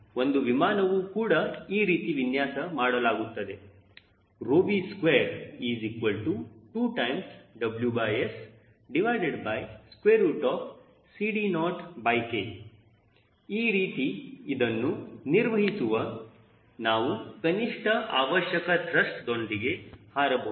ಒಂದು ವಿಮಾನವು ಕೂಡ ಈ ರೀತಿ ವಿನ್ಯಾಸ ಮಾಡಲಾಗುತ್ತದೆ V22WSCD0K ಈ ರೀತಿ ಇದನ್ನು ನಿರ್ವಹಿಸುವ ವರೆಗೂ ನಾವು ಕನಿಷ್ಠ ಅವಶ್ಯಕ ತ್ರಸ್ಟ್ ದೊಂದಿಗೆ ಹಾರಬಹುದು